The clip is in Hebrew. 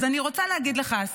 אז אני רוצה להגיד לך,